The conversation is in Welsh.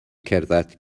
cerdded